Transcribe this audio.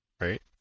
Right